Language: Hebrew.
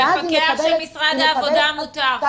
למפקח של משרד העבודה והרווחה מותר.